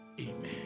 amen